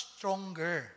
Stronger